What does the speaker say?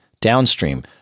downstream